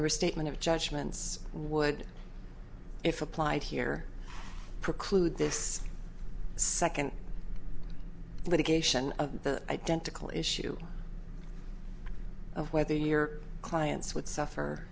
the restatement of judgments would if applied here preclude this second litigation of the identical issue of whether your client's would suffer